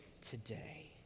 today